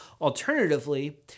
Alternatively